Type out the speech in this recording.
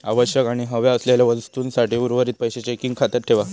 आवश्यक आणि हव्या असलेल्या वस्तूंसाठी उर्वरीत पैशे चेकिंग खात्यात ठेवा